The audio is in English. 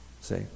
see